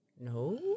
No